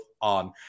on